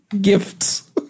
gifts